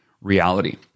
reality